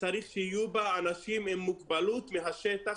צריך שיהיו בה אנשים עם מוגבלות מהשטח,